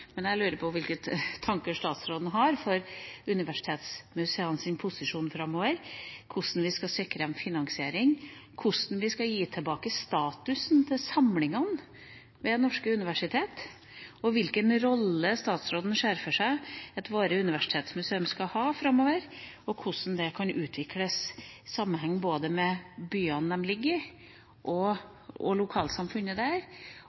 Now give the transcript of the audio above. Men jeg lurer på hvilke tanker statsråden har om universitetsmuseenes posisjon framover – hvordan vi skal sikre dem finansiering, hvordan vi skal gi samlingene ved norske universiteter statusen tilbake, hvilken rolle statsråden ser for seg at våre universitetsmuseer skal ha framover, og hvordan de kan utvikles i sammenheng med både byene de ligger i, og lokalsamfunnet der,